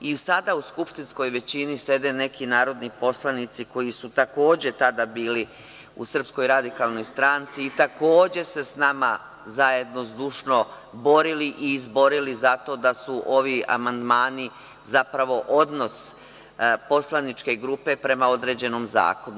I sada u skupštinskoj većini sede neki narodni poslanici koji su takođe tada bili u SRS i takođe se s nama zajedno zdušno borili i izborili za to da su ovi amandmani zapravo odnos poslaničke grupe prema određenom zakonu.